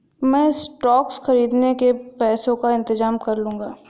मैं स्टॉक्स खरीदने के पैसों का इंतजाम कर लूंगा